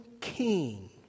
king